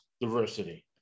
diversity